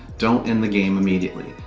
don't end the game immediately.